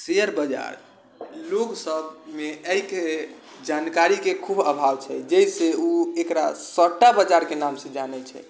share बाजार लोकसबमे एहिके जानकारीके खूब अभाव छै जाहिसँ ओ एकरा सट्टा बाजारके नामसँ जानै छै